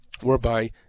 whereby